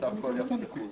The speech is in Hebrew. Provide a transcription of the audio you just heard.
שבסך הכול יחסכו זמן.